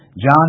John